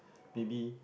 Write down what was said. maybe